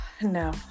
no